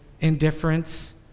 indifference